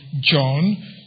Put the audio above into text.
John